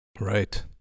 Right